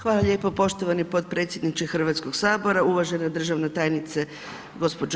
Hvala lijepa poštovani potpredsjedniče Hrvatskog sabora, uvažena državna tajnice gđo.